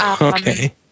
Okay